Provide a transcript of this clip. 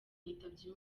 yitabye